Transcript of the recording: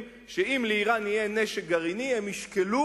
שאם יהיה לאירן נשק גרעיני הם ישקלו